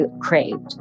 craved